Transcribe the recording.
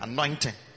Anointing